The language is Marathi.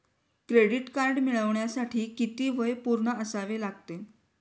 क्रेडिट कार्ड मिळवण्यासाठी किती वय पूर्ण असावे लागते?